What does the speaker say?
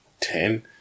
ten